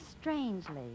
strangely